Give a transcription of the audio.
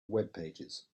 webpages